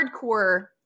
hardcore